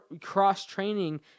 cross-training